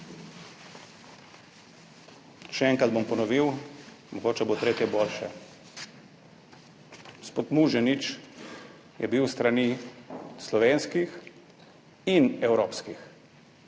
Še enkrat bom ponovil, mogoče bo v tretje boljše. Gospod Muženič je bil s strani slovenskih in evropskih